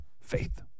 Faith